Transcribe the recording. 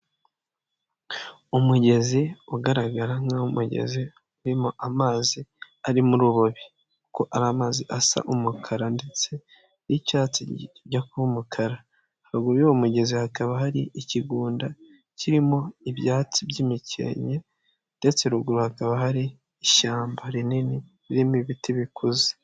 Umugezi ugaragara nk'umugezi urimo amazi arimo urubobi kuko amazi asa umukara ndetse n'icyatsi kijya kuba umukara, haguru y'uwo mugezi hakaba hari ikigunda, kirimo ibyatsi by'imikenke ndetse ruguru hakaba hari ishyamba rinini, ririmo ibiti bikuze.